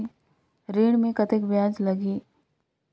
ऋण मे कतेक ब्याज लगही?